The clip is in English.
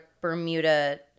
Bermuda